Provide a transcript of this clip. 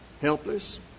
helpless